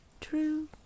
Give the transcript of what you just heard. True